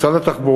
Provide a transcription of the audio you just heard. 2. משרד התחבורה,